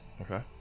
Okay